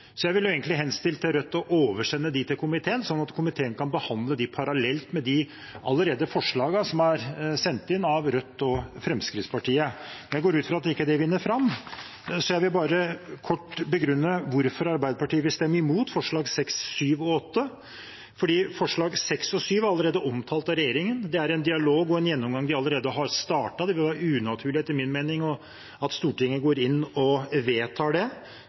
egentlig henstilt til Rødt å oversende dem til komiteen, sånn at komiteen kan behandle dem parallelt med de forslagene som allerede er sendt inn av Rødt og Fremskrittspartiet. Jeg går ut fra at det ikke vinner fram, så jeg vil kort begrunne hvorfor Arbeiderpartiet vil stemme imot forslagene nr. 6, 7 og 8. Forslagene nr. 6 og 7 er allerede omtalt av regjeringen. Det er en dialog og en gjennomgang de allerede har startet. Det vil etter min mening være unaturlig at Stortinget går inn og vedtar det,